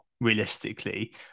realistically